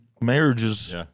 marriages